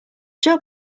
job